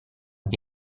che